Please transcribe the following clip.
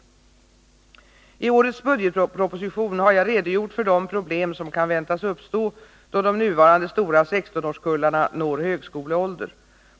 IT årets budgetproposition har jag redogjort för de problem som kan väntas uppstå, då de nuvarande stora 16-årskullarna når högskoleålder.